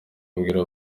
abwira